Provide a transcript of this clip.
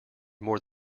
more